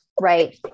Right